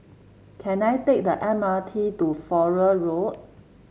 can I take the M R T to Flora Road